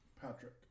Patrick